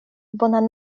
bonan